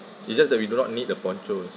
it's just that we do not need the ponchos